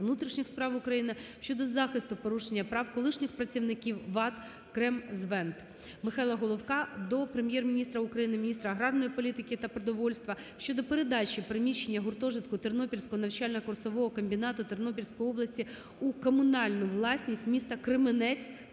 внутрішніх справ України щодо захисту порушених прав колишніх працівників ВАТ "Кремзвент". Михайла Головка до Прем'єр-міністра України, міністра аграрної політики та продовольства щодо передачі приміщення гуртожитку Тернопільського навчально-курсового комбінату Тернопільської області в комунальну власність міста Кременець